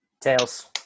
Tails